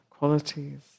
Qualities